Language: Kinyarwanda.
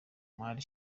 mari